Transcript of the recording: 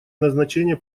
назначение